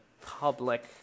public